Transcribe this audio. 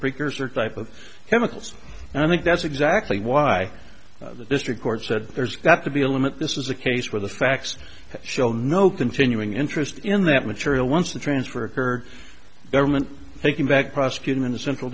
precursor type of chemicals and i think that's exactly why the district court said there's got to be a limit this is a case where the facts show no continuing interest in that material once the transfer occurred government taking back prosecuting in the central